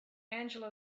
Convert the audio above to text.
angela